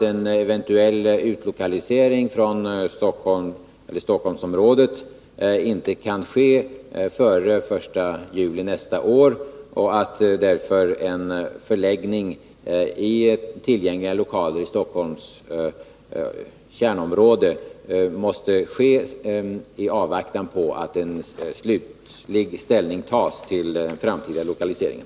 En eventuell utlokalisering från Stockholmsområdet kan inte ske före denna tidpunkt, och en förläggning i tillgängliga lokaler i Stockholms kärnområde måste därför ske i avvaktan på att slutlig ställning tas till frågan om den framtida lokaliseringen.